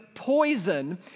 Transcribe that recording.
poison